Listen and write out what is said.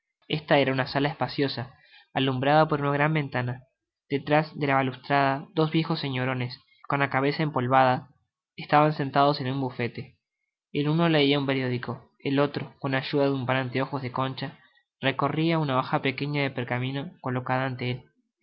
esta era una sala espaciosa alumbrada por una gran ventana detras de la balustrada dos viejos señorones con la cabeza empolvada estaban sentados en un bufete el uno leia un periódico y el otro con la ayuda de un par de anteojos de concha recorria una oja pequeña de pergamino colocada ante el